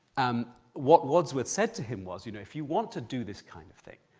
um what wadsworth said to him was you know if you want to do this kind of thing,